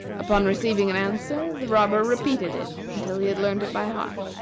upon receiving an answer, the robber repeated it until he had learned it by heart,